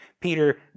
Peter